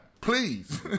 please